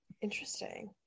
Interesting